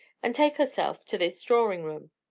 and take herself to this drawing-room.